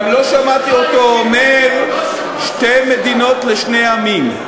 גם לא שמעתי אותו אומר, שתי מדינות לשני עמים,